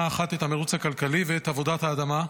אחת את המרוץ הכלכלי ואת עבודת האדמה,